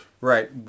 Right